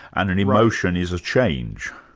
and an emotion is a change.